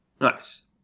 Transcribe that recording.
Nice